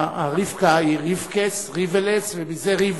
רבקה היא רבק'ס, ריבל'ס, ומזה, ריבלין.